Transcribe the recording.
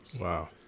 Wow